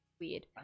weird